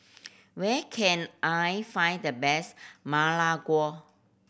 where can I find the best Ma Lai Gao